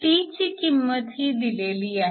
τ ची किंमतही दिलेली आहे